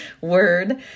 word